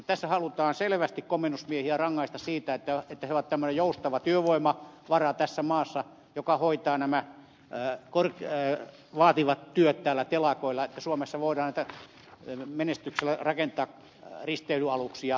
tässä halutaan selvästi kommennusmiehiä rangaista siitä että he ovat tämmöinen joustava työvoimavara tässä maassa joka hoitaa nämä vaativat työt telakoilla että suomessa voidaan menestyksellä rakentaa risteilyaluksia korkeatasoisesti